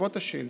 בעקבות השאילתה,